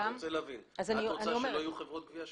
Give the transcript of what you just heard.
אני רוצה להבין: את רוצה שלא יהיו חברות גבייה?